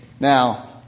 Now